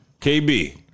KB